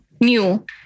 new